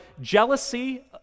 jealousy